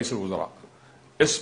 "יש יחידה,